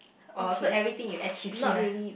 oh so everything you add chilli lah